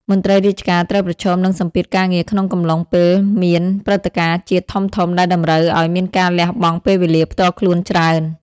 មន្ត្រីរាជការត្រូវប្រឈមនឹងសម្ពាធការងារក្នុងកំឡុងពេលមានព្រឹត្តិការណ៍ជាតិធំៗ ដែលតម្រូវឱ្យមានការលះបង់ពេលវេលាផ្ទាល់ខ្លួនច្រើន។